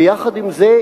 ועם זאת,